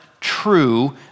true